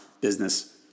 business